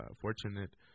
fortunate